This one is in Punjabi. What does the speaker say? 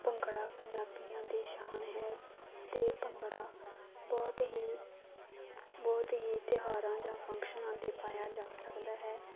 ਭੰਗੜਾ ਪੰਜਾਬੀਆਂ ਦੀ ਸ਼ਾਨ ਹੈ ਅਤੇ ਭੰਗੜਾ ਬਹੁਤ ਹੀ ਬਹੁਤ ਹੀ ਤਿਉਹਾਰਾਂ ਜਾਂ ਫੰਕਸ਼ਨਾਂ 'ਤੇ ਪਾਇਆ ਜਾ ਸਕਦਾ ਹੈ